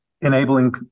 enabling